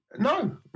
No